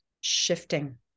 shifting